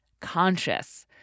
conscious